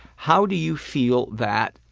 how do you feel that